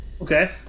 Okay